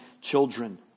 children